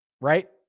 right